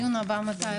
הישיבה ננעלה בשעה